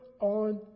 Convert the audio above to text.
on